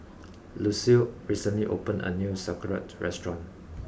Lucile recently opened a new Sauerkraut restaurant